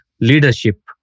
leadership